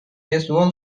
baseball